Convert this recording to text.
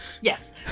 Yes